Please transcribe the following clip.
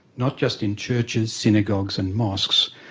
not just in churches, synagogues and mosques,